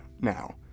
now